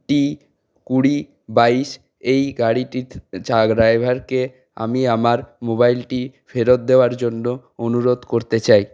P কুড়ি বাইশ এই গাড়িটির ড্রাইভারকে আমি আমার নম্বরটি ফেরত দেওয়ার জন্য অনুরোধ করতে চাই